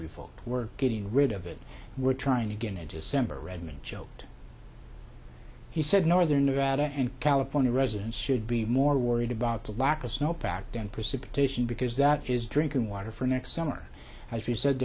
revoked we're getting rid of it we're trying to get into semper redmayne joked he said northern nevada and california residents should be more worried about the lack of snow packed and precipitation because that is drinking water for next summer as we said